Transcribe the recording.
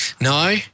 No